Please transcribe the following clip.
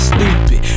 Stupid